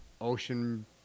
ocean